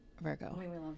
Virgo